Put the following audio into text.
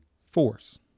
force